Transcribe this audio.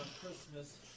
Christmas